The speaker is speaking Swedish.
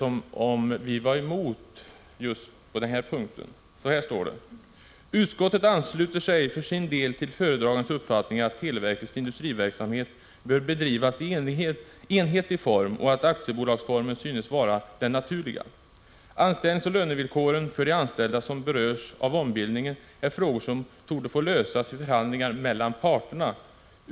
Jag vill därför gärna läsa upp vad vi säger i denna motivreservation: ”Utskottet ansluter sig för sin del till föredragandens uppfattning att televerkets industriverksamhet bör bedrivas i enhetlig form och att aktiebolagsformen synes vara den naturliga. Anställningsoch lönevillkoren för de anställda som berörs av ombildningen är frågor som torde få lösas i förhandlingar mellan parterna.